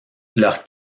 leur